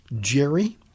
Jerry